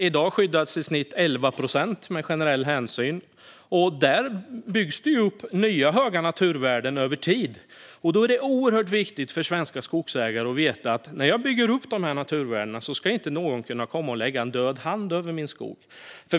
I dag skyddas i snitt 11 procent med generell hänsyn. Där byggs det upp nya höga naturvärden över tid. Då är det oerhört viktigt för svenska skogsägare att veta att när de bygger upp de här naturvärdena ska ingen kunna komma och lägga en död hand över deras skog.